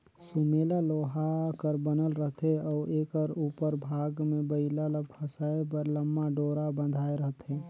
सुमेला लोहा कर बनल रहथे अउ एकर उपर भाग मे बइला ल फसाए बर लम्मा डोरा बंधाए रहथे